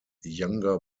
younger